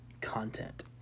content